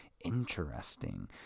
Interesting